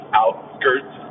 outskirts